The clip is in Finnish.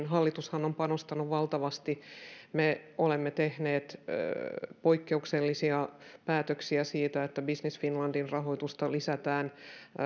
hallitushan on panostanut valtavasti me olemme tehneet poikkeuksellisia päätöksiä siitä että business finlandin rahoitusta lisätään